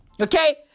Okay